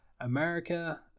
america